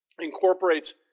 incorporates